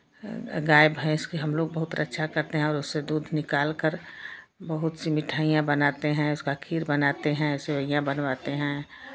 गाय भैंस के हमलोग बहुत रक्षा करते हैं और उससे दूध निकाल कर बहुत सी मिठाइयां बनाते हैं उसका खीर बनाते हैं सेवइयां बनवाते हैं